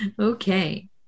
okay